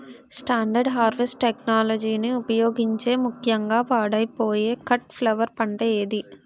Standard harvest టెక్నాలజీని ఉపయోగించే ముక్యంగా పాడైపోయే కట్ ఫ్లవర్ పంట ఏది?